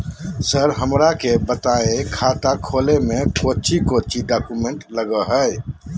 Sir हमरा के बताएं खाता खोले में कोच्चि कोच्चि डॉक्यूमेंट लगो है?